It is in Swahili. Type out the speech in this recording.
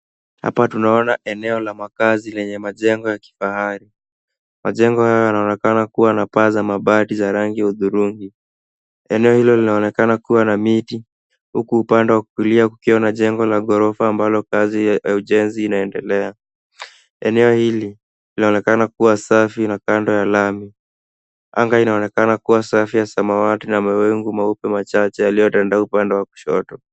Hapa tunaona eneo la makazi lenye majengo ya kifahari. Majengo haya yanaonekana kuwa na paa za mabati za rangi hudhurungi. Eneo hilo linaonekana kuwa na miti, huku upande wa kulia kukiwa na jengo la ghorofa ambalo kazi ya ujenzi inaendelea. Eneo hili linaonekana kuwa safi na kando ya lami. Anga inaonekana kuwa safi ya samawati na mawingu meupe machache yaliyotandauka upande wa kushoto.